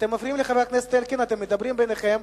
אתם מפריעים לחבר הכנסת אלקין, אתם מדברים ביניכם,